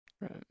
Right